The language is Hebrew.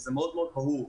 וזה מאוד מאוד ברור.